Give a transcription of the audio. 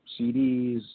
CDs